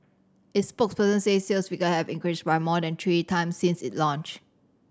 its spokesman says sales figure have increased by more than three times since it launched